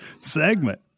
segment